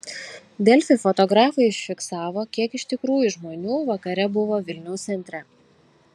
delfi fotografai užfiksavo kiek iš tikrųjų žmonių vakare buvo vilniaus centre